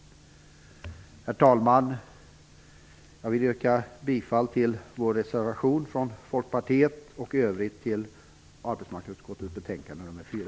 Herr talman! Jag vill yrka bifall till Folkpartiets reservation och i övrigt till utskottets hemställan i betänkande nr 4.